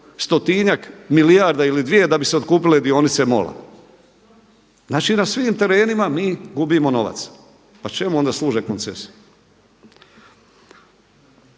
stotinjak milijarda ili dvije da bi se otkupile dionice MOL-a. Znači, na svim terenima mi gubimo novac. Pa čemu onda služe koncesije?